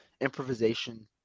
improvisation